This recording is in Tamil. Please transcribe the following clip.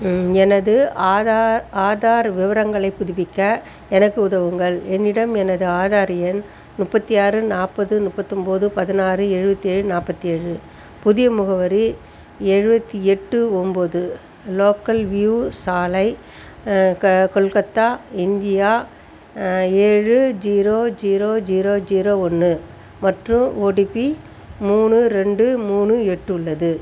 ம் எனது ஆதார் ஆதார் விவரங்களை புதுப்பிக்க எனக்கு உதவுங்கள் என்னிடம் எனது ஆதார் எண் முப்பத்தி ஆறு நாற்பது முப்பத்தொம்போது பதினாறு எழுபத்தியேழு நாற்பத்தியேழு புதிய முகவரி எழுபத்தி எட்டு ஒன்போது லோக்கல் வியூ சாலை க கொல்கத்தா இந்தியா ஏழு ஜீரோ ஜீரோ ஜீரோ ஜீரோ ஒன்று மற்றும் ஓடிபி மூணு ரெண்டு மூணு எட்டு உள்ளது